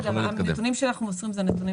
הנתונים שאנחנו מוסרים זה נתונים